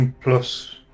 plus